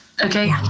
Okay